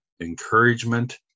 encouragement